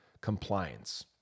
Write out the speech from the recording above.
compliance